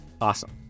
Awesome